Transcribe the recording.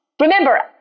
remember